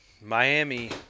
Miami